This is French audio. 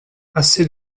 assez